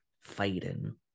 fighting